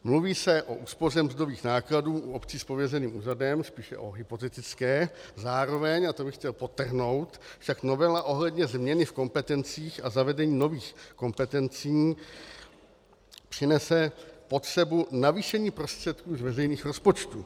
Mluví se o úspoře mzdových nákladů u obcí s pověřeným úřadem, spíše o hypotetické, zároveň a to bych chtěl podtrhnout však novela ohledně změny v kompetencích a zavedení nových kompetencí přinese potřebu navýšení prostředků z veřejných rozpočtů.